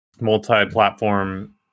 multi-platform